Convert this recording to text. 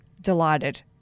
delighted